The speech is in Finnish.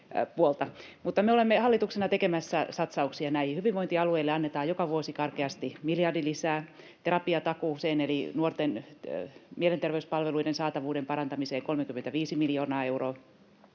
me olemme hallituksena tekemässä satsauksia näihin. Hyvinvointialueille annetaan joka vuosi karkeasti miljardi lisää, terapiatakuuseen eli nuorten mielenterveyspalveluiden saatavuuden parantamiseen 35 miljoonaa euroa.